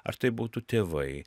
ar tai būtų tėvai